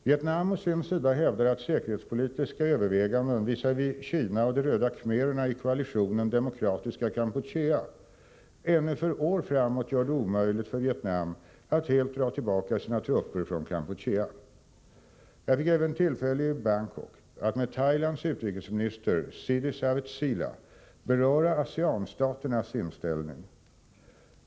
Vietnam å sin sida hävdar att säkerhetspolitiska överväganden visavi Kina och de röda khmererna i koalitionen Demokratiska Kampuchea ännu för år framåt gör det omöjligt för Vietnam att helt dra tillbaka sina trupper från Kampuchea. Jag fick även tillfälle i Bangkok att med Thailands utrikesminister Siddhi Savetsila beröra ASEAN-staternas inställning.